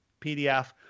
PDF